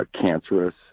cancerous